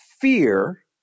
fear